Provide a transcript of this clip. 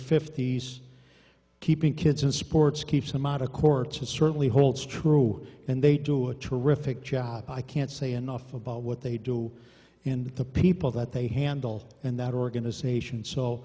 fifty's keeping kids in sports keeps them out of courts and certainly holds true and they do a terrific job i can't say enough about what they do and the people that they handle and that organization so